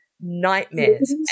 nightmares